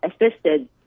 assisted